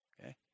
Okay